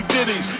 Diddy